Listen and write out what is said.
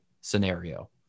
scenario